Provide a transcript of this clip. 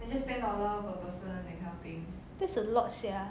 that's a lot sia